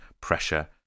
pressure